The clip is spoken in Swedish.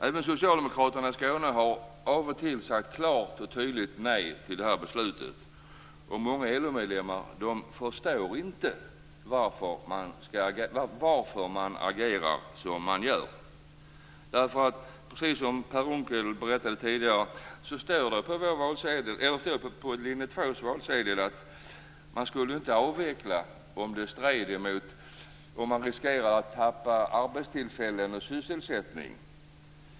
Även socialdemokraterna i Skåne har av och till sagt klart och tydligt nej till det här beslutet. Många LO-medlemmar förstår inte varför man agerar som man gör. Precis som Per Unckel sade tidigare står det på valsedeln för linje 2 att man inte skulle avveckla om man riskerade att tappa arbetstillfällen och sysselsättning.